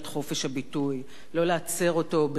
לא להצר אותו בחקיקה קפריזית.